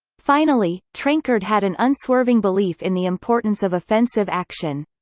finally, trenchard had an unswerving belief in the importance of offensive action.